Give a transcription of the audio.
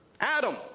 Adam